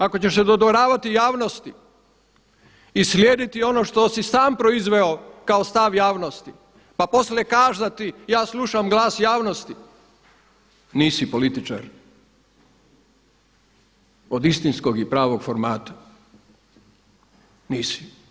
Ako ćeš se dodvoravati javnosti i slijediti ono što si sam proizveo kao stav javnosti pa poslije kazati ja slušam glas javnosti nisi političar od istinskog i pravog formata, nisi.